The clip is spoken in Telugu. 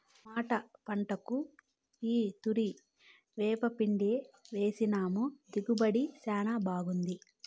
టమోటా పంటకు ఈ తూరి వేపపిండేసినాము దిగుబడి శానా బాగుండాది